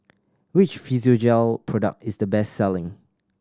which Physiogel product is the best selling